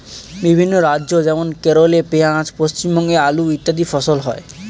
বিভিন্ন রাজ্য যেমন কেরলে পেঁয়াজ, পশ্চিমবঙ্গে আলু ইত্যাদি ফসল হয়